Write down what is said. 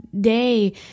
day